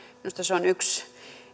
minusta se on yksi